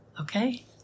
Okay